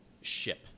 ship